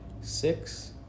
Six